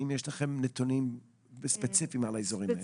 האם יש לכם נתונים ספציפיים על האזורים האלה?